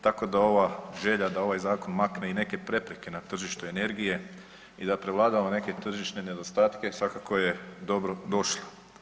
Tako da ova želja da ovaj zakon makne i neke prepreke na tržištu energije i da prevladava neke tržišne nedostatke svakako je dobro došlo.